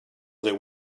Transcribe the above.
that